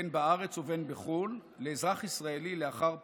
בין בארץ ובין בחו"ל, לאזרח ישראלי לאחר פטירתו,